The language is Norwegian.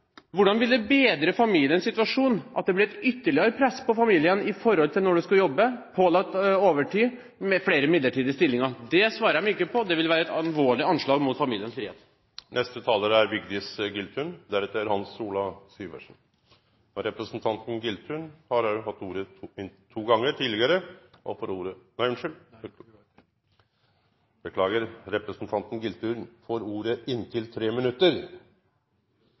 hvordan det vil bedre familiens situasjon at det blir et ytterligere press på familien med tanke på når du skal jobbe, pålagt overtid, flere midlertidige stillinger. Dét svarer de ikke på. Det ville være et alvorlig anslag mot familiens frihet. Representanten Vigdis Giltun har hatt ordet to gonger tidlegare, og får ordet – nei, unnskyld: Representanten Giltun får ordet i inntil